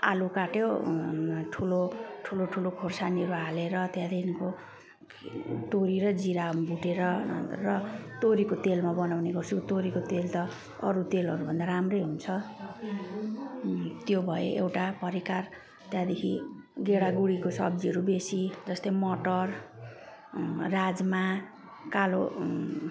आलु काट्यो ठुलो ठुलो ठुलो खोर्सानीहरू हालेर त्यहाँदेखिको तोरी र जिरा भुटेर र तोरीको तेलमा बनाउने गर्छु तोरीको तेल त अरू तेलहरूभन्दा राम्रै हुन्छ त्यो भयो एउटा परिकार त्यहाँदेखि गेडागुडीको सब्जीहरू बेसी जस्तै मटर राजमा कालो